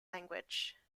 language